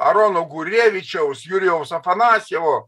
arono gurievičiaus jurijaus afanasjevo